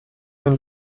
den